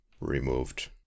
removed